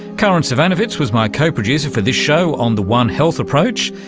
karin zsivanovits was my co-producer for this show on the one health approach.